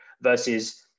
versus